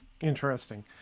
Interesting